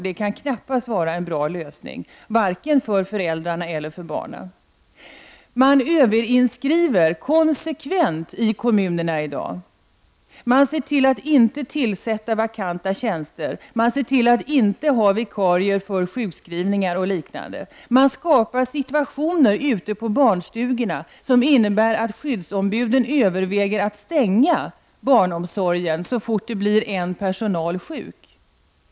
Det kan knappast vara en bra lösning, varken för föräldrarna eller barnen. Man överinskriver konsekvent i kommunerna i dag. Man tillsätter inte vakanta tjänster och man ser till att inte ha vikarier vid sjukskrivningar och liknande. Man skapar situationer ute på barnstugorna som innebär att skyddsombuden överväger att stänga barnomsorgen så fort en i personalen blir sjuk.